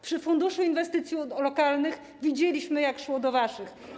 Przy funduszu inwestycji lokalnych widzieliśmy, jak szło do waszych.